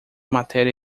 matéria